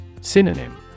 Synonym